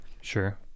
Sure